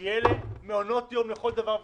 כי אלה מעונות יום לכל דבר ועניין,